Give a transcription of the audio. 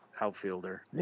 outfielder